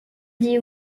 dit